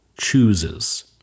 chooses